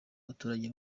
abaturage